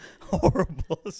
horrible